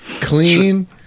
clean